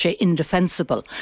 indefensible